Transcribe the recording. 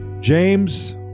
James